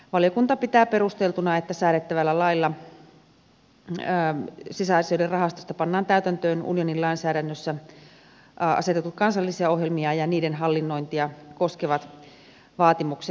valiokunta pitää perusteltuna että säädettävällä lailla sisäasioiden rahastoista pannaan täytäntöön unionin lainsäädännössä asetetut kansallisia ohjelmia ja niiden hallinnointia koskevat vaatimukset